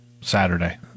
saturday